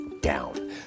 down